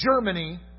Germany